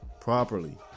properly